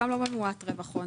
שם לא ממועט רווח הון.